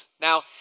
Now